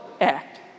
act